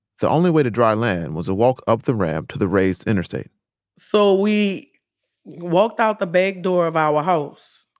the only way to dry land was to walk up the ramp to the raised interstate so we walked out the back door of our house.